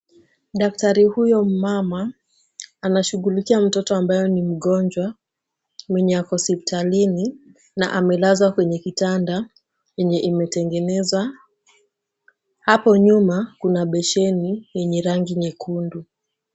Daktari huyu mmama anashughulikia mtoto ambaye ni mgonjwa mwenye ako hospitalini na amelazwa kwenye kitanda yenye imetengenezwa. Hapo nyuma kuna besheni yenye rangi nyekundu.